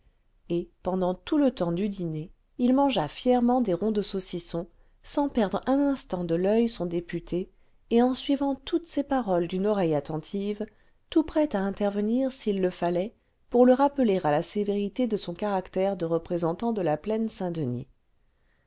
et pendant tout le temps du dîner il mangea fièrement des ronds de saucisson sans perdre un instant de l'oeil son député et en suivant toutes ses paroles d'une oreille attentive tout prêt à intervenir s'il le fallait pour le vingtième siècle le rappeler à la sévérité de son caractère de représentant de la plaine saintdenis